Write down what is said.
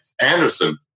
Anderson